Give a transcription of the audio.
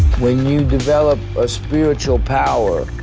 when you develop a spiritual power,